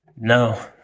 no